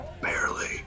barely